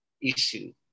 issue